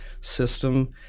system